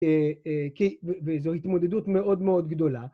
ואיזו התמודדות מאוד מאוד גדולה